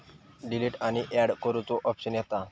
delete आणि and करुचो option येता